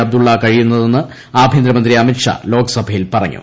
അബ്ദുള്ള കഴിയുന്നതെന്ന് ആഭ്യന്തരമന്ത്രി അമിത് ഷാ ലോക്സഭയിൽ പറഞ്ഞു